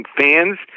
fans